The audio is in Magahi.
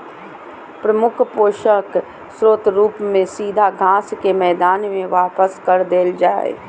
प्रमुख पोषक स्रोत रूप में सीधा घास के मैदान में वापस कर देल जा हइ